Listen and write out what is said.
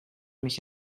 mich